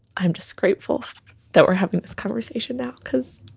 i'm just grateful that we're having this conversation now because